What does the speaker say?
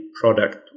product